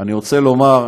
אני רוצה לומר,